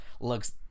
looks